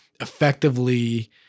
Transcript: effectively